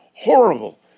horrible